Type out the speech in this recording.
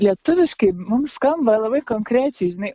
lietuviškai mums skamba labai konkrečiai žinai